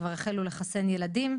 כבר החלו לחסן ילדים,